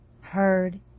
heard